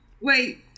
wait